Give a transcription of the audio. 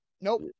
nope